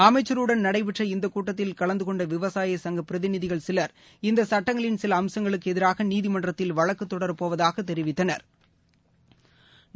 அமைச்சருடன் நடைபெற்ற இந்த கூட்டத்தில் கலந்து கொண்ட விவசாய சங்க பிரிதிகள் சிவர் இந்த சுட்டங்களின் சில அம்சங்களுக்கு எதிராக நீதிமன்றத்தில் வழக்கு தொடரப்போவதாகத் தெரிவித்தனா்